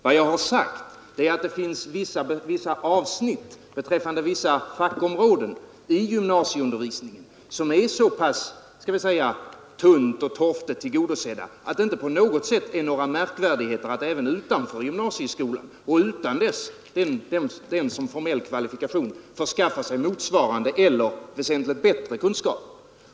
Vad jag sagt är att vissa avsnitt och vissa fackområden i gymnasieundervisningen är så pass tunt och toftigt tillgodosedda att det inte är några märkvärdigheter med att även utanför gymnasieskolan och utan den som formell kvalifikation skaffa sig motsvarande eller väsentligt bättre kunskaper.